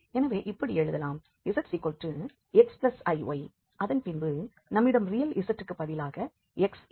எனவே இப்படி எழுதலாம் zxiy அதன் பின்பு நம்மிடம் ரியல் z ற்கு பதிலாக x இருக்கும்